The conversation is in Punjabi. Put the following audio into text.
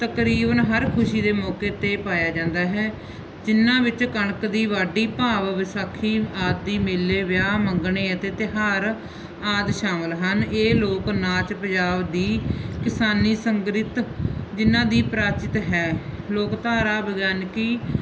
ਤਕਰੀਬਨ ਹਰ ਖੁਸ਼ੀ ਦੇ ਮੌਕੇ 'ਤੇ ਪਾਇਆ ਜਾਂਦਾ ਹੈ ਜਿਹਨਾਂ ਵਿੱਚ ਕਣਕ ਦੀ ਵਾਢੀ ਭਾਵ ਵਿਸਾਖੀ ਆਦਿ ਮੇਲੇ ਵਿਆਹ ਮੰਗਣੇ ਅਤੇ ਤਿਉਹਾਰ ਆਦਿ ਸ਼ਾਮਿਲ ਹਨ ਇਹ ਲੋਕ ਨਾਚ ਪੰਜਾਬ ਦੀ ਕਿਸਾਨੀ ਸੰਗਰਿਤ ਜਿਹਨਾਂ ਦੀ ਪ੍ਰਾਚਿਤ ਹੈ ਲੋਕ ਧਾਰਾ ਵਿਗਿਆਨਕੀ